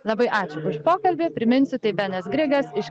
labai ačiū už pokalbį priminsiu tai benas grigas iš